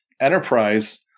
Enterprise